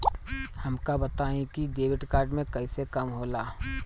हमका बताई कि डेबिट कार्ड से कईसे काम होला?